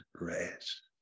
rest